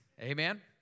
Amen